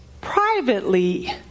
privately